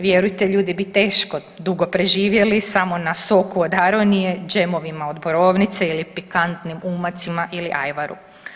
Vjerujte ljudi bi teško dugo preživjeli samo na soku od aronije, džemovima od borovnice ili pikantnim umacima ili ajvaru.